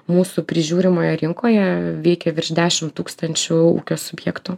mūsų prižiūrimoje rinkoje veikė virš dešimt tūkstančių ūkio subjektų